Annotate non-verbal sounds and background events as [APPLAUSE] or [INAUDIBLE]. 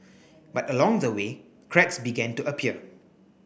but along the way [NOISE] cracks began to appear